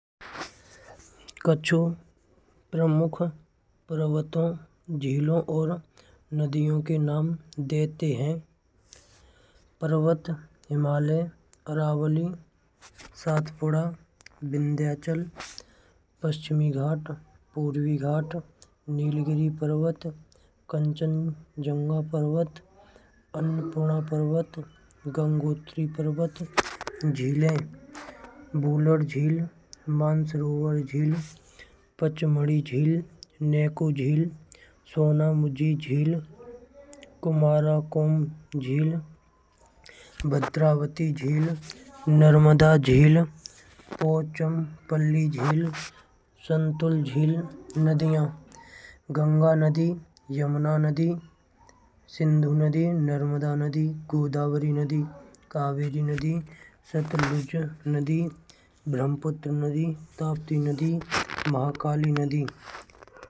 कछु प्रमुख पर्वतो झीलों और नदियों के नाम देते हैं। पर्वत, हिमाल्य, अरावली, सातपुड़ा, विंध्याचल, पश्चिमी घाट, पूर्वी घाट, नीलगिरि पर्वत, कंचनजंघा पर्वत, अन्नपूर्णा पर्वत। गंगोत्री पर्वत, बुलर झील, मानसरोवर झील, पचमढ़ी झील, नेको झील, सोना मुझी झील, कुमारोमती झील, भद्रावती झील, नर्मदा झील, संतुलित झील। नदियाँ, यमुना नदी, गोदावरी नदी, सतलुज नदी, ब्रह्मपुत्र नदी, ताप्ती नदी, महाकाली नदी।